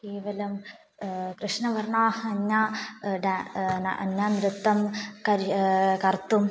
केवलं कृष्णवर्णाः अन्या अन्या नृत्तं करि कर्तुं